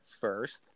first